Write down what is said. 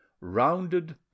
rounded